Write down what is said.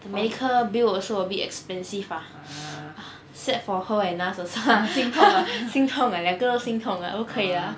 the medical bill also a bit expensive ah set for her at last also 心痛 lah 心痛 lah 两个都心痛 ah 不可以 ah